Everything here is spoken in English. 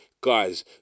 Guys